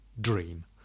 Dream